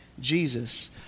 Jesus